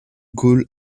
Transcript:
gall